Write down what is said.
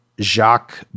Jacques